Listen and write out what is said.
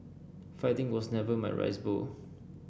fighting was never my rice bowl